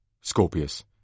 Scorpius